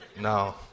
no